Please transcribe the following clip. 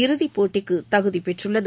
இறுதிப்போட்டிக்கு தகுதி பெற்றுள்ளது